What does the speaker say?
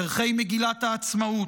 ערכי מגילת העצמאות,